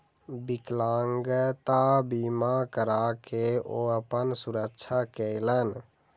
विकलांगता बीमा करा के ओ अपन सुरक्षा केलैन